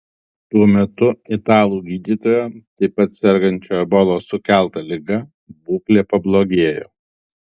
tuo metu italų gydytojo taip pat sergančio ebolos sukelta liga būklė pablogėjo